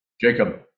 Jacob